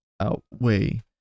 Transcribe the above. outweigh